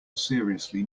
seriously